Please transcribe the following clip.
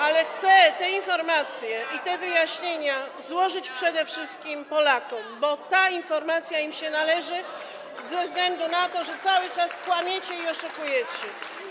Ale chcę te informacje i te wyjaśnienia złożyć przede wszystkim Polakom, bo ta informacja im się należy ze względu na to, że cały czas kłamiecie i oszukujecie.